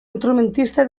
instrumentista